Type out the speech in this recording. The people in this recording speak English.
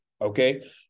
okay